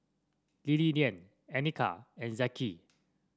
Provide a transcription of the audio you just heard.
Liliana Anika and Zeke